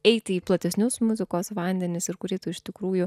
eiti į platesnius muzikos vandenis ir kurį tu iš tikrųjų